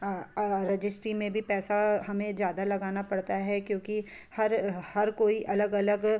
registry में भी पैसा हमें ज़्यादा लगाना पड़ता है क्योंकि हर हर कोई अलग अलग